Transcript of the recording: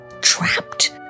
Trapped